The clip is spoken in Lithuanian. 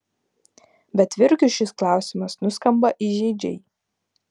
bet virgiui šis klausimas nuskamba įžeidžiai